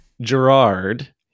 Gerard